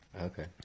okay